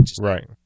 Right